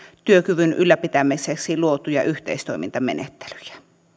työkyvyn ylläpitämiseksi luotuja yhteistoimintamenettelyjä